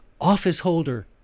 officeholder